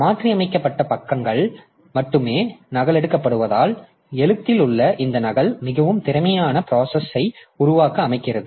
மாற்றியமைக்கப்பட்ட பக்கங்கள் மட்டுமே நகலெடுக்கப்படுவதால் எழுத்தில் உள்ள இந்த நகல் மிகவும் திறமையான பிராசஸ் உருவாக்க அனுமதிக்கிறது